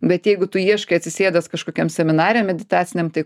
bet jeigu tu ieškai atsisėdęs kažkokiam seminare meditaciniam tai